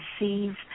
receive